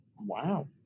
Wow